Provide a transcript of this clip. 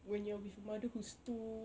when you're with a mother who's too